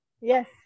yes